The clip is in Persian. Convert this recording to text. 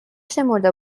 شمرده